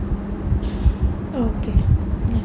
okay